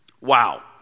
Wow